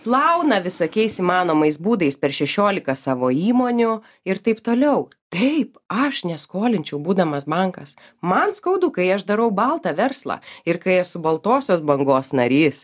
plauna visokiais įmanomais būdais per šešiolika savo įmonių ir taip toliau taip aš neskolinčiau būdamas bankas man skaudu kai aš darau baltą verslą ir kai esu baltosios bangos narys